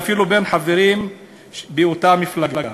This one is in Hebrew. ואפילו בין חברים באותה מפלגה.